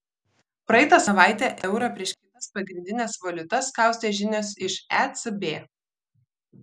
praeitą savaitę eurą prieš kitas pagrindines valiutas kaustė žinios iš ecb